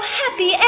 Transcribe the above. happy